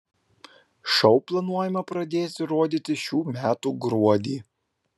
šou planuojama pradėti rodyti šių metų gruodį